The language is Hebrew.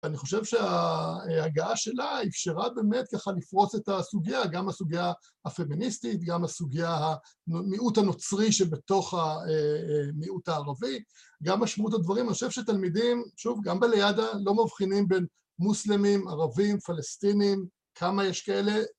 אני חושב שההגעה שלה אפשרה באמת ככה לפרוץ את הסוגיה, גם הסוגיה הפמיניסטית, גם הסוגיה המיעוט הנוצרי שבתוך המיעוט הערבי, גם משמעות הדברים, אני חושב שתלמידים, שוב, גם בילידה, לא מבחינים בין מוסלמים, ערבים, פלסטינים, כמה יש כאלה.